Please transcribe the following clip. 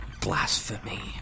blasphemy